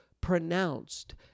pronounced